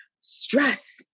stress